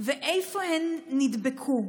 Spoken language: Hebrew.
3. איפה הם נדבקו?